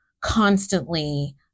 constantly